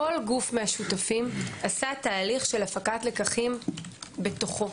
כל גוף מן השותפים עשה תהליך של הפקת לקחים בתוכו.